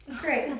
Great